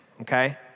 Okay